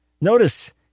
Notice